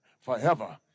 forever